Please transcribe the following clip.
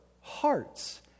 hearts